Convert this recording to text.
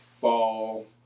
fall